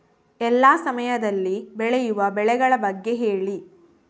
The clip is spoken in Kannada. ಎಲ್ಲಾ ಸಮಯದಲ್ಲಿ ಬೆಳೆಯುವ ಬೆಳೆಗಳ ಬಗ್ಗೆ ಹೇಳಿ